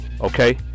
Okay